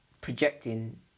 projecting